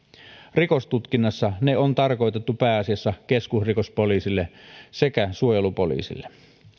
rikostutkinnassa ne on tarkoitettu pääasiassa keskusrikospoliisille sekä suojelupoliisille